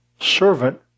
servant